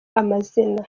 amazina